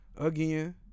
again